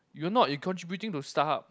you're not you're contributing to Starhub